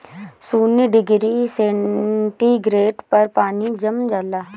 शून्य degree centigrade पर पानी जम जाला